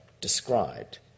described